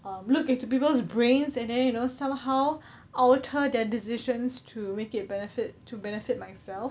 um look into people's brains and then you know somehow alter their decisions to make it benefit to benefit myself